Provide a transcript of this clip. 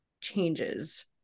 changes